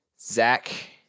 Zach